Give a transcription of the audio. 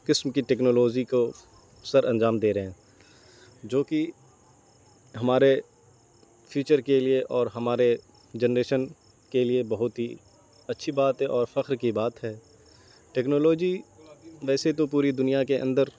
قسم کی ٹکنالوجی کو سر انجام دے رہے ہیں جو کہ ہمارے فیوچر کے لیے اور ہمارے جنریشن کے لیے بہت ہی اچھی بات ہے اور فخر کی بات ہے ٹیکنالوجی ویسے تو پوری دنیا کے اندر